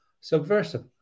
subversive